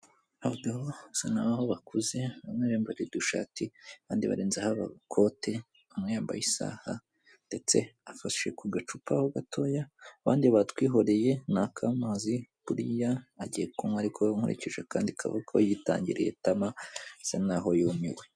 Abagabo basa nkaho bakuze, bamwe biyambariye udushati abandi barenzeho n'udukote, umwe yambaye isaha ndetse afashe ku gacupa ho gatoya, abandi batwihoreye ni akamazi buriya agiye kunywa ariko nkurikije akandi kaboko yitangiriye itama bisa nkaho yumiwe.